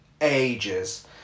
ages